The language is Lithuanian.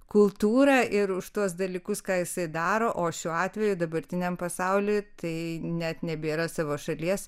kultūrą ir už tuos dalykus ką jisai daro o šiuo atveju dabartiniam pasauliui tai net nebėra savo šalies